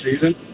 season